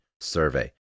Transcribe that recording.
survey